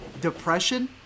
depression